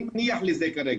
אני אניח לזה כרגע,